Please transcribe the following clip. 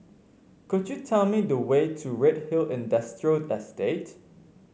could you tell me the way to Redhill Industrial Estate